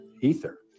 Ether